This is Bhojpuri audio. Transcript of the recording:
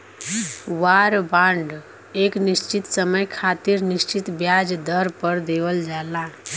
वार बांड एक निश्चित समय खातिर निश्चित ब्याज दर पर देवल जाला